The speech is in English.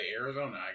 Arizona